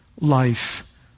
life